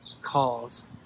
calls